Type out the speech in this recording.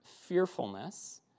fearfulness